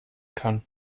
kann